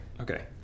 Okay